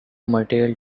material